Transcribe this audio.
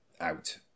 out